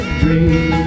dream